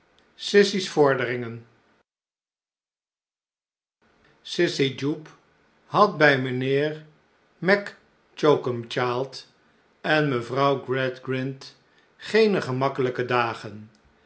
sissy jupe had bij mijnheer mao choakumchild en mevrouw gradgrind geene gemakkelijke dagen